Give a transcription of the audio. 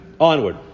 Onward